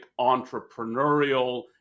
entrepreneurial